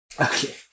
Okay